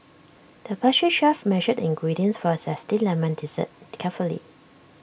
the pastry chef measured the ingredients for A Zesty Lemon Dessert carefully